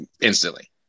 instantly